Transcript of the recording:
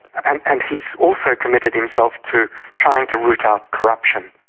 and and he's also committed himself to trying to root out corruption,